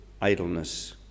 idleness